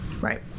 Right